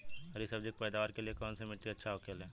हरी सब्जी के पैदावार के लिए कौन सी मिट्टी अच्छा होखेला?